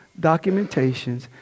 documentations